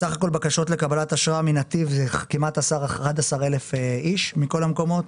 סה"כ בקשות אשרה מנתיב זה כמעט 11 אלף איש מכל המקומות.